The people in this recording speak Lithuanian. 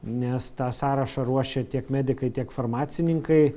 nes tą sąrašą ruošia tiek medikai tiek farmacininkai